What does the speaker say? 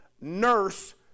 nurse